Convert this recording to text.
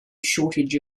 shortage